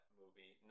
movie